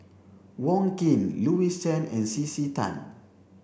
Wong Keen Louis Chen and C C Tan